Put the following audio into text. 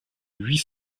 huit